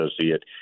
associate